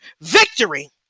Victory